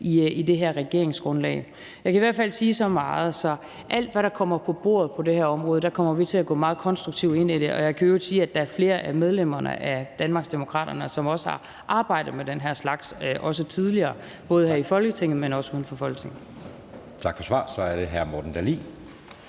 at nedsætte et udvalg. Jeg kan i hvert fald sige så meget, at hvad angår alt, hvad der kommer på bordet på det her område, kommer vi til at gå meget konstruktivt ind i det, og jeg kan i øvrigt sige, at der er flere af medlemmerne af Danmarksdemokraterne, som også har arbejdet med den her slags tidligere, både her i Folketinget, men også uden for Folketinget.